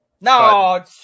No